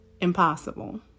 impossible